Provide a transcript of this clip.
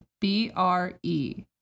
B-R-E